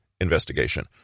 investigation